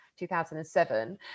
2007